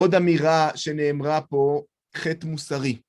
עוד אמירה שנאמרה פה: חטא מוסרי.